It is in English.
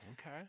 Okay